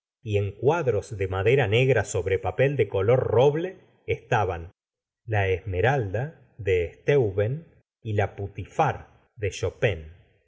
y en cuadros de made ra negra sobre papel de color roble estaban la esmeralda de steuben y la putifar o de